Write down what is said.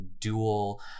dual